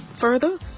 further